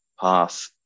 path